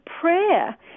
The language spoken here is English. prayer